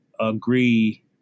agree